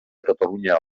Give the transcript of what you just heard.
catalunya